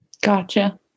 Gotcha